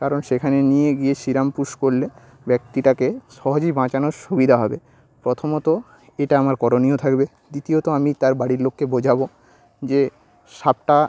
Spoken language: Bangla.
কারণ সেখানে নিয়ে গিয়ে সিরাম পুশ করলে ব্যক্তিটাকে সহজেই বাঁচানোর সুবিধা হবে প্রথমত এটা আমার করণীয় থাকবে দ্বিতীয়ত আমি তার বাড়ির লোককে বোঝাবো যে সাপটা